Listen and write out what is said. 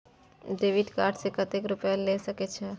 Debit card से कतेक रूपया ले सके छै?